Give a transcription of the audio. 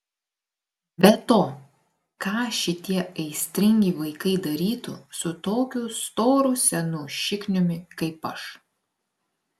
be to ką šitie aistringi vaikai darytų su tokiu storu senu šikniumi kaip aš